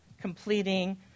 completing